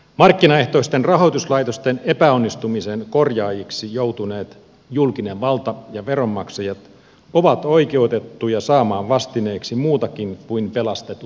markkinaehtoisten rahoituslaitosten epäonnistumisen korjaajiksi joutuneet julkinen valta ja veronmaksajat ovat oikeutettuja saamaan vastineeksi muutakin kuin pelastetut pankit